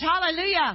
Hallelujah